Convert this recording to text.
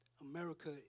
America